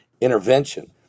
intervention